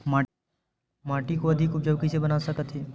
माटी को अधिक उपजाऊ कइसे बना सकत हे?